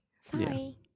Sorry